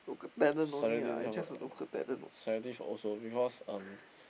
sensitive sensitive also because um